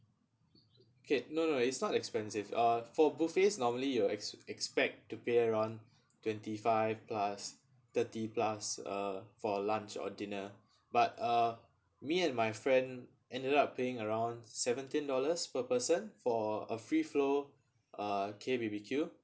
K no no it's not expensive uh for buffet normally you're ex~ expect to pay around twenty five plus thirty plus uh for lunch or dinner but uh me and my friend ended up paying around seventeen dollars per person for a free flow uh K_B_B_Q